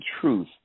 truth